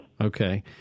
Okay